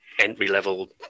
entry-level